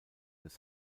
des